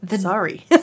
Sorry